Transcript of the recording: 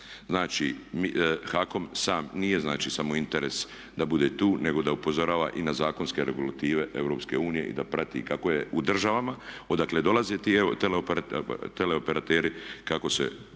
Znači HAKOM sam, nije znači samo interes da bude tu nego da upozorava i na zakonske regulative Europske unije i da prati kako je u državama odakle dolaze ti teleoperateri i kako se